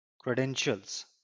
credentials